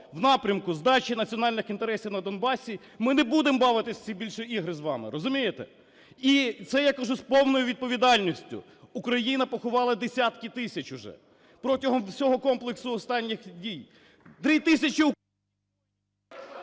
в напрямку здачі національних інтересів на Донбасі – ми не будемо бавитися в ці більше ігри з вами. Розумієте? І це я кажу з повною відповідальністю. Україна поховала десятки тисяч уже протягом всього комплексу останніх дій. Три тисячі… ГОЛОВУЮЧИЙ.